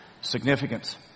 Significance